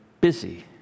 busy